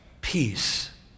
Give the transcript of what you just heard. peace